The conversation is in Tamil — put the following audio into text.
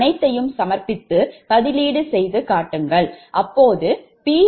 அனைத்தையும் சமர்ப்பித்துபதிலீடு செய்து கணக்கிடுங்கள் அப்போது PLoss0